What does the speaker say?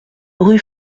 rue